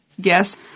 guess